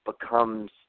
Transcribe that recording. becomes